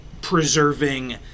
preserving